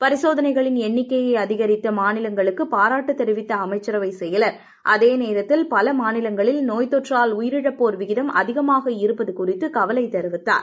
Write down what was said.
பரிசோதனைகளின் எண்ணிக்கையை அதிகரித்த மாநிலங்களுக்கு பாராட்டு தெரிவித்த அமைச்சரவைச் செயலர் அதேநேரத்தில் பல மாநிலங்களில் நோய்த் தொற்றால் உயிரிழப்போர் விகிதம் அதிகமாக இருப்பது குறித்து கவலை தெரிவித்தார்